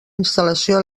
instal·lació